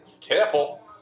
careful